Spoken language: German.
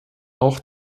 auch